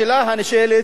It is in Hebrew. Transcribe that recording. השאלה הנשאלת: